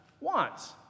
wants